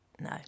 No